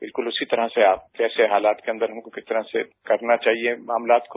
बिल्कुल उसी तरह से ऐसे हालात के अंदर हमको कितना करना चाहिए मामलात को